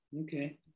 Okay